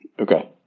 Okay